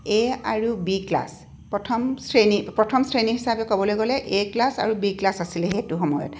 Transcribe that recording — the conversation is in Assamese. এ আৰু বি ক্লাছ প্ৰথম শ্ৰেণী প্ৰথম শ্ৰেণী হিচাপে ক'বলৈ গ'লে এ ক্লাছ আৰু বি ক্লাছ আছিলে সেইটো সময়ত